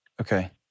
Okay